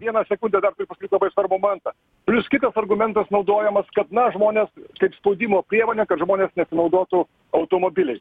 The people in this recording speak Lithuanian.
vieną sekundę dar turiu pasakyt labai argumentą plius kitas argumentas naudojamas kad na žmonės kaip spaudimo priemonė kad žmonės nesinaudotų automobiliais